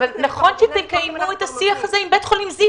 --- נכון שתקיימו את השיח הזה עם בית חולים זיו,